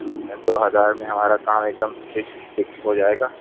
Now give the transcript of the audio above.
دو ہزار میں ہمارا کام ایک دم فکس فٹ ہو جائے گا